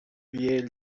yale